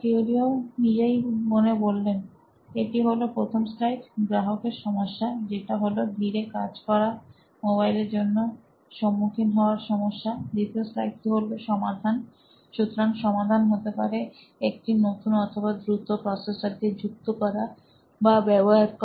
কিউরিও এটি হলো প্রথম স্লাইড গ্রাহকের সমস্যা যেটা হলো ধীরে কাজ করা মোবাইলের জন্য সম্মুখীন হওয়ার সমস্যা দ্বিতীয় স্লাইডটি হলো সমাধান সুতরাং সমাধান হতে পারে একটি নতুন অথবা দ্রুত প্রসেসর কে যুক্ত করা বা ব্যবহার করা